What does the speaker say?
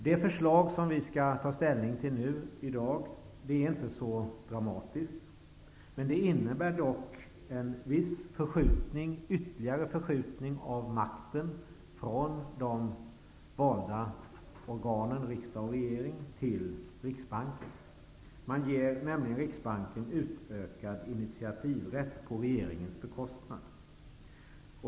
Det förslag som vi nu skall ta ställning till är inte så dramatiskt, men det innebär dock en ytterligare förskjutning av makten från de valda organen riksdag och regering till Riksbanken. Riksbanken ges nämligen utökad initiativrätt på regeringens bekostnad.